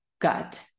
gut